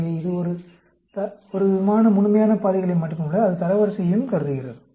எனவே இது ஒருவிதமான முழுமையான மதிப்புகளை மட்டுமல்ல அது தரவரிசையையும் கருதுகிறது